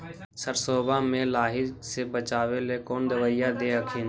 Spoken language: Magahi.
सरसोबा मे लाहि से बाचबे ले कौन दबइया दे हखिन?